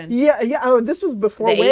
yeah, yeah oh, this was before way